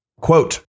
quote